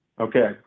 Okay